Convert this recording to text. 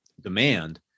demand